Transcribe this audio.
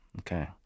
Okay